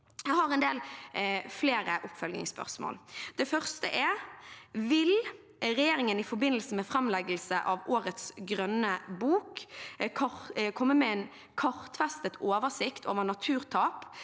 en del flere oppfølgingsspørsmål. Vil regjeringen i forbindelse med framleggelse av årets grønne bok komme med en kartfestet oversikt over naturtap